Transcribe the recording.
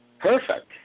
Perfect